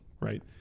Right